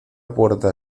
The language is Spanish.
puerta